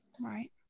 Right